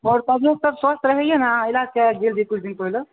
आओर शरीरसभ स्वस्थ्य रहैए न अहाँ इलाज कराके गेल रहियै किछु दिन पहिले